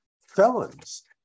felons